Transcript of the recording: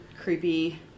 creepy